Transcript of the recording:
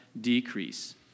decrease